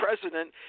president